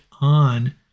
on